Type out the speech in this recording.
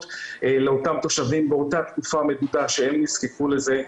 לאותם תושבים באותה תקופה מדודה שהם נזקקו לזה.